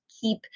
keep